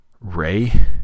Ray